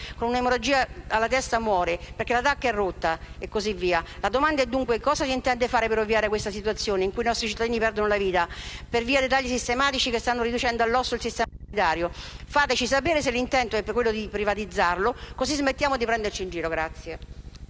con un'emorragia alla testa è morto perché la TAC era rotta da giorni. La domanda è dunque: cosa si intende fare per ovviare a questa situazione in cui i nostri cittadini perdono la vita per via dei tagli sistematici che stanno riducendo all'osso il sistema sanitario? Fateci sapere se l'intento è quello di privatizzarlo, così smettiamo di prenderci in giro.